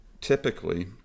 typically